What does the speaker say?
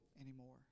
anymore